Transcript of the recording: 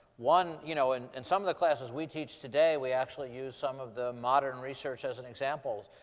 one, you know, and in some of the classes we teach today, we actually use some of the modern research as an example.